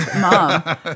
Mom